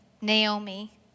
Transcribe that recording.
Naomi